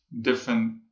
different